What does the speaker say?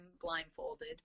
blindfolded